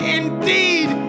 indeed